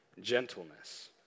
gentleness